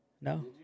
No